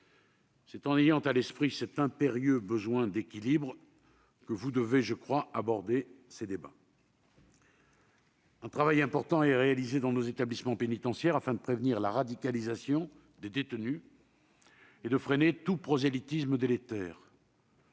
c'est en ayant à l'esprit cet impérieux besoin d'équilibre que vous devrez aborder ces débats. Un travail important est réalisé dans nos établissements pénitentiaires afin de prévenir la radicalisation des détenus et de freiner tout prosélytisme délétère.